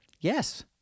Yes